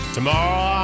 Tomorrow